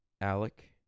Alec